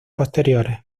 posteriores